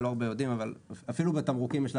לא הרבה יודעים אבל אפילו בתמרוקים יש לה